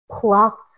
plucked